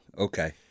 okay